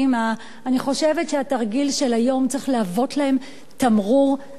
אני חושב שהתרגיל של היום צריך להוות להם תמרור אזהרה.